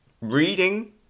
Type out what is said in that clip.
reading